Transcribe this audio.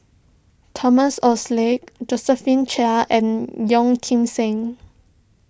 Thomas Oxley Josephine Chia and Yeo Kim Seng